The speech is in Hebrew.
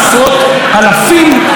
בצורה סמלית,